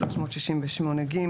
368(ג),